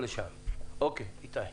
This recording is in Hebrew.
אנחנו,